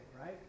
right